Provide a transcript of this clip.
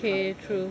okay so